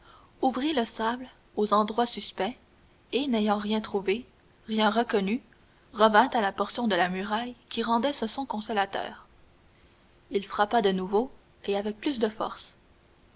ouvrit le sable aux endroits suspects et n'ayant rien trouvé rien reconnu revint à la portion de la muraille qui rendait ce son consolateur il frappa de nouveau et avec plus de force